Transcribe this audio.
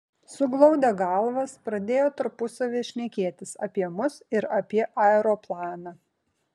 suglaudę galvas pradėjo tarpusavyje šnekėtis apie mus ir apie aeroplaną